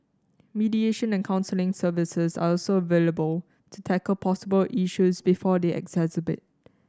mediation and counselling services are also available to tackle possible issues before they exacerbate